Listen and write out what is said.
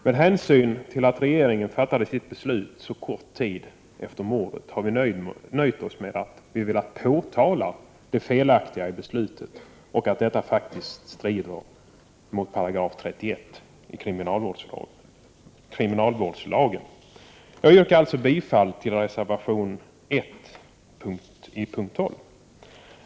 Med hänsyn till att regeringen fattade sitt beslut så kort tid efter mordet har vi nöjt oss med att påtala det felaktiga i beslutet och att detta faktiskt strider mot 31 § kriminalvårdslagen. Jag yrkar alltså bifall till reservation nr 1, p. 12.